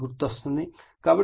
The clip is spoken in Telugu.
కాబట్టి ఇది E1 N1 d ∅ dt